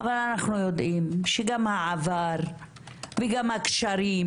אבל אנחנו יודעים שגם העבר וגם הקשרים